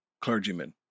clergymen